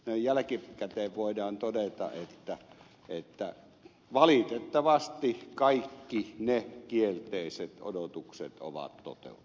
noin jälkikäteen voidaan todeta että valitettavasti kaikki ne kielteiset odotukset ovat toteutuneet